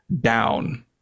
down